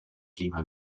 clima